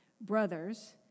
Brothers